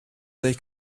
they